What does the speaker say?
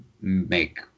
make